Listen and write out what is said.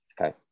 okay